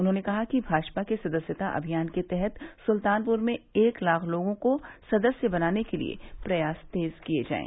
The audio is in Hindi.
उन्होंने कहा कि भाजपा के सदस्यता अभियान के तहत सुल्तानपुर में एक लाख लोगों को सदस्य बनाने के लिए प्रयास तेज किये जायें